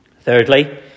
Thirdly